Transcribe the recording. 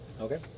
okay